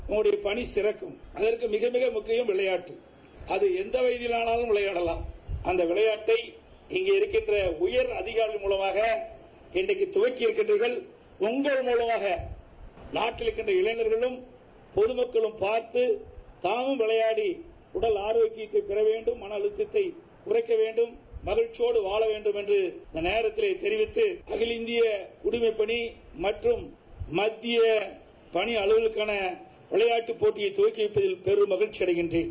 உங்களுடைய பணி சிறக்கும் அதற்கு மிக மிக முக்கியம் விளையாட்டு அதை எந்த வலகயினாலும் விளையாடலாம் அந்த விளையாட்டை இங்கே இருக்கின்ற உயரதிகாரிகள் மூலமாக இன்று தொடங்கி இருக்கீன்றிர்கள் உங்கள் மூலமாக நாட்டில் உள்ள இளைஞர்களும் பொதுமக்களும் பார்த்து தாமும் விளையாடி உடல் ஆரோக்கியத்தை பெற வேண்டும் மன அழுத்தத்தை குறைக்க வேண்டும் மகிழ்ச்செயோடு வாழ வேண்டும் என்று இந்த நோத்திலே தெரிவித்து அகில இந்திய குடிமைப்பணி மற்றும் மத்திய பணி அலுவலர்களுக்கான விளையாட்டுப் போட்டியை தொடங்கிவைப்பதில் பெரும் மகிழ்ச்சி அடைகின்றேன்